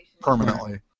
permanently